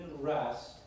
rest